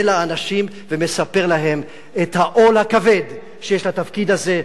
לאנשים ומספר להם על העול הכבד שיש בתפקיד הזה,